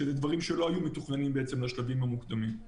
שאלו דברים שלא היו מתוכננים לשלבים המוקדמים.